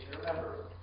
remember